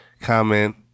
comment